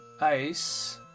ice